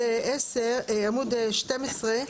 עמוד 12,